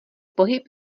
pohyb